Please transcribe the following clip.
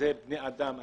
אלה בני אדם.